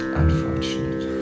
unfortunate